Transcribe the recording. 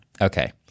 Okay